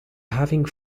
having